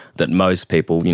that most people, you know